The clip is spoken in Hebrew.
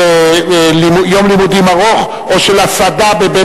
של יום לימודים ארוך או של מזון,